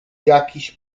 jakiś